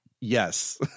Yes